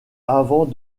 avant